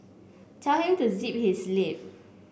tell him to zip his lip